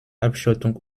abschottung